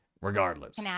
Regardless